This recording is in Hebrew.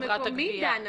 חברת הגבייה,